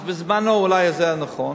אז בזמנו אולי זה היה נכון,